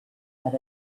had